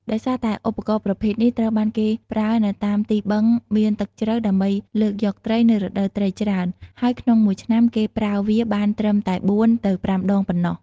ដោយសារតែ ឧបករណ៍ប្រភេទនេះត្រូវបានគេប្រើនៅតាមទីបឹងមានទឹកជ្រៅ ដើម្បីលើកយកត្រី នៅរដូវត្រីច្រើន ហើយក្នុងមួយឆ្នាំគេប្រើវាបានត្រឺមតែ៤ ទៅ៥ដងតែប៉ុណ្ណោះ។